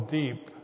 deep